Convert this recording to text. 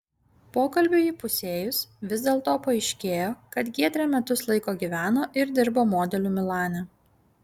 pokalbiui įpusėjus vis dėlto paaiškėjo kad giedrė metus laiko gyveno ir dirbo modeliu milane